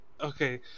Okay